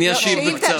אני אשיב בקצרה.